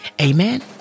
Amen